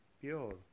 pure